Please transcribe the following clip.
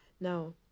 Now